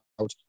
out